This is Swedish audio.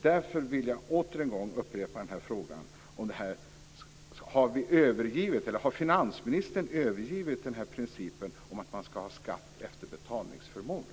Därför vill jag åter en gång upprepa frågan om finansministern har övergivit principen om att man ska betala skatt efter betalningsförmåga.